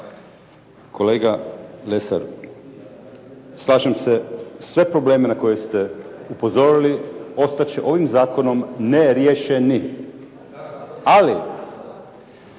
Kolega Lesar, slažem se, sve probleme na koje ste upozorili ostat će ovim zakonom neriješeni. Ali